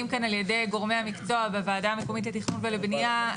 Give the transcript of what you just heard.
כאן על ידי גורמי המקצוע בוועדה המקומית לתכנון ולבנייה,